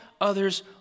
others